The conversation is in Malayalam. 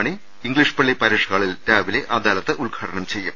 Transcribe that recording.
മണി ഇംഗ്ലീഷ് പള്ളി പാരിഷ് ഹാളിൽ രാവിലെ അദാലത്ത് ഉദ്ഘാടനം ചെയ്യും